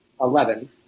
eleven